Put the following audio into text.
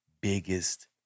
biggest